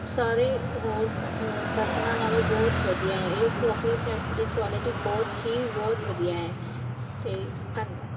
ਸਾਰੇ ਹੋਰ ਬਰਤਨਾਂ ਨਾਲੋਂ ਬਹੁਤ ਵਧੀਆ ਹੈ ਇਹ ਕ੍ਰੋਕਰੀ ਸੈੱਟ ਦੀ ਕੁਆਲਿਟੀ ਬਹੁਤ ਹੀ ਬਹੁਤ ਵਧੀਆ ਹੈ ਅਤੇ ਧੰਨਵਾਦ